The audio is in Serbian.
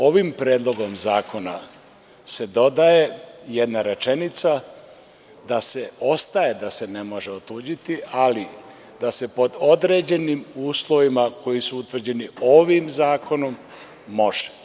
Ovim predlogom zakona se dodaje jedna rečenica da ostaje da se ne može otuđiti, ali da se pod određenim uslovima koji su utvrđeni ovim zakonom može.